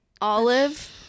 olive